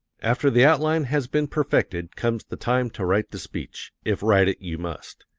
after the outline has been perfected comes the time to write the speech, if write it you must.